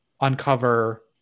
uncover